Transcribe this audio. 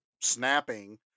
snapping